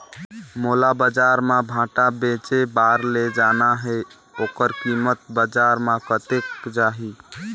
मोला बजार मां भांटा बेचे बार ले जाना हे ओकर कीमत बजार मां कतेक जाही?